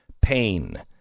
pain